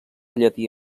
llatí